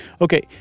Okay